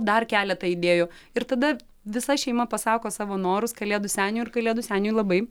dar keletą idėjų ir tada visa šeima pasako savo norus kalėdų seniui ir kalėdų seniui labai